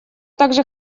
также